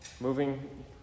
Moving